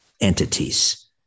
entities